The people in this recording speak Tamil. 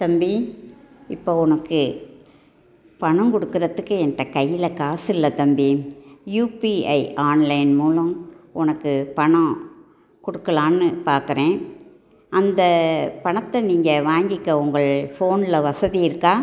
தம்பி இப்போ உனக்கு பணம் கொடுறத்துக்கு என்கிட்ட கையில் காசு இல்லை தம்பி யுபிஐ ஆன்லைன் மூலம் உனக்கு பணம் கொடுக்கலாம்னு பார்க்கறேன் அந்த பணத்தை நீங்கள் வாங்கிக்க உங்கள் ஃபோனில் வசதி இருக்கா